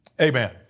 Amen